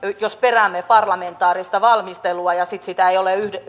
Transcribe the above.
joissa peräämme parlamentaarista valmistelua ja sitten sitä ei ole